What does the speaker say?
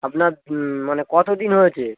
আপনার মানে কত দিন হয়েছে